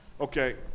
Okay